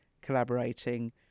collaborating